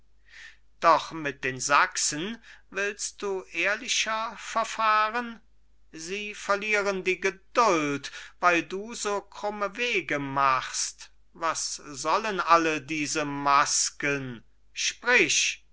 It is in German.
doch mit den sachsen willst du ehrlicher verfahren sie verlieren die geduld weil du so krumme wege machst was sollen alle diese masken sprich